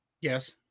Yes